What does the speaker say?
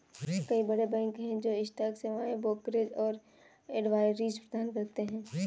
कई बड़े बैंक हैं जो स्टॉक सेवाएं, ब्रोकरेज और एडवाइजरी प्रदान करते हैं